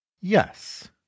Yes